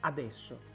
Adesso